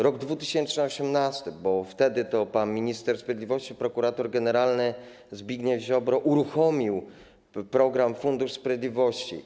Rok 2018 - bo wtedy pan minister sprawiedliwości, prokurator generalny Zbigniew Ziobro uruchomił program Fundusz Sprawiedliwości.